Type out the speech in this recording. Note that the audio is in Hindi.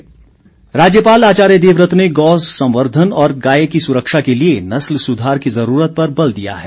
राज्यपाल राज्यपाल आचार्य देवव्रत ने गौ संवर्धन और गाय की सुरक्षा के लिए नस्ल सुधार की जरूरत पर बल दिया है